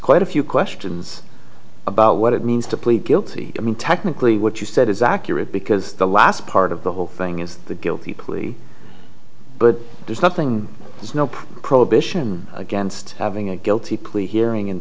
quite a few questions about what it means to plead guilty i mean technically what you said is accurate because the last part of the whole thing is the guilty plea but there's nothing there's no prohibition against having a guilty plea hearing and